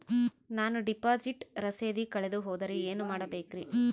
ನಾನು ಡಿಪಾಸಿಟ್ ರಸೇದಿ ಕಳೆದುಹೋದರೆ ಏನು ಮಾಡಬೇಕ್ರಿ?